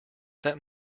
that